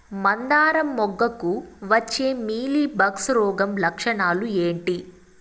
మందారం మొగ్గకు వచ్చే మీలీ బగ్స్ రోగం లక్షణాలు ఏంటి?